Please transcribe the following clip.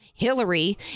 Hillary